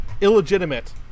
illegitimate